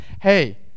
hey